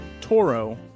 Toro